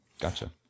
Gotcha